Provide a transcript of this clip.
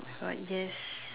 all right this